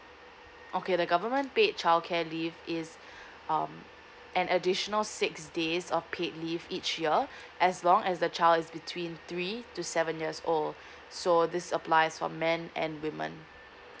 okay the government paid childcare leave is um an additional six days of paid leave each year as long as the child is between three to seven years old so this applies for men and women